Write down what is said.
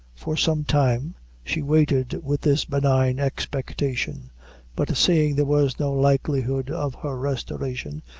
for some time she waited with this benign expectation but seeing there was no likelihood of her restoration,